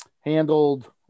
Handled